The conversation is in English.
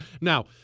Now